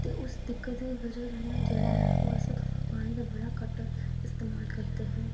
ते उस दिक्कत दी वजह् कन्नै जेह्ड़ा ऐ ओह् अस पानी दा बड़ा घट्ट इस्तेमाल करदे हे